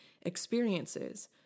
experiences